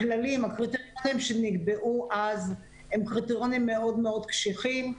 הקריטריונים שנקבעו אז הם קריטריונים מאוד מאוד קשיחים,